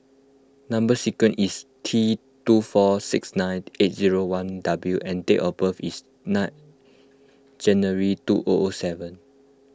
Number Sequence is T two four six nine eight zero one W and date of birth is nine January two O O seven